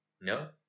No